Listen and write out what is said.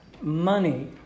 money